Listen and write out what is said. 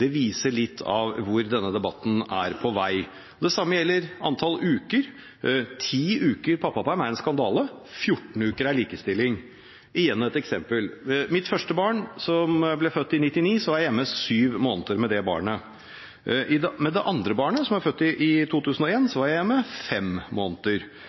Det viser litt hvor denne debatten er på vei. Det samme gjelder antall uker. 10 uker pappaperm er en skandale, 14 uker er likestilling – igjen et eksempel. Mitt første barn ble født i 1999, og jeg var hjemme syv måneder med det barnet. Med det andre barnet, som er født i 2001, var jeg hjemme fem måneder. Var jeg da mer likestilt med